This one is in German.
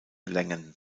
längen